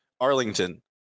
Arlington